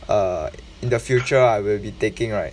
err in the future I will be taking right